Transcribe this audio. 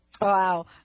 Wow